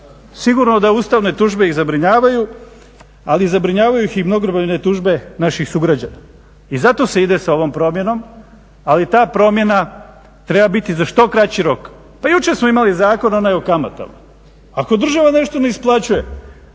sigurno da ustavne tužbe ih zabrinjavaju, ali zabrinjavaju ih i mnogobrojne tužbe naših sugrađana i zato se ide sa ovom promjenom, ali ta promjena treba biti za što kraći rok. Pa jučer smo imali zakon onaj o kamatama. Ako država nešto ne isplaćuje,